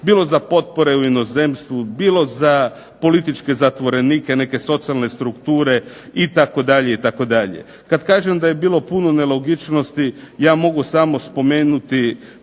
bilo za potpore u inozemstvu, bilo za političke zatvorenike, neke socijalne strukture itd., itd. Kad kažem da je bilo puno nelogičnosti, ja mogu samo spomenuti